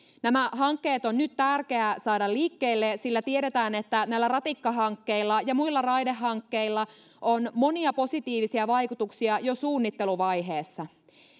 nämä hankkeet on nyt tärkeää saada liikkeelle sillä tiedetään että näillä ratikkahankkeilla ja muilla raidehankkeilla on monia positiivisia vaikutuksia jo suunnitteluvaiheessa